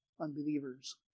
unbelievers